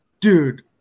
dude